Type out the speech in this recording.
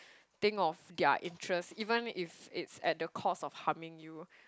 think of their interest even if it's at the cost of harming you